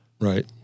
Right